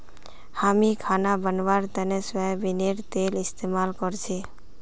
हामी खाना बनव्वार तने सोयाबीनेर तेल इस्तेमाल करछी